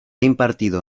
impartido